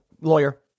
Lawyer